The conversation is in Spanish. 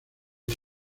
las